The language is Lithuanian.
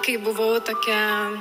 kai buvau tokia